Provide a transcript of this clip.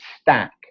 stack